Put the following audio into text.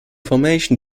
formation